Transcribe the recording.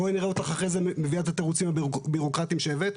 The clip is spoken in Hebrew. בואי נראה אותך אחרי זה מביאה את התירוצים הבירוקרטיים שהבאת.